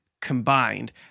combined